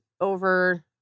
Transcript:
over